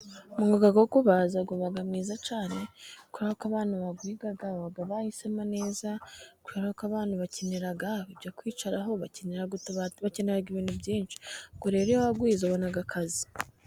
Umwuga wo kubaza uba mwiza cyane, kubera ko abana bawize baba bahisemo neza, kubera ko abantu bakenera ibyo kwicaraho, bakenera utabati, bakenera ibintu byinshi. Ubwo rero iyo wawize, ubona akazi.